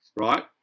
right